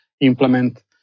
implement